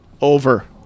Over